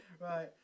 Right